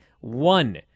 one